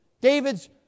David's